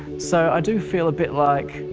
so i do feel a bit like,